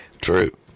True